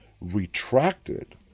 retracted